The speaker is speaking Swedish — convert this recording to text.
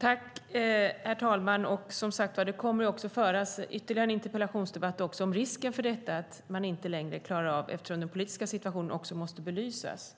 Herr talman! Det kommer som sagt att föras en ytterligare interpellationsdebatt om risken för att man inte längre klarar av detta, eftersom den politiska situationen måste belysas.